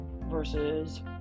versus